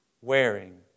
wearing